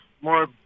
more